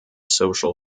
social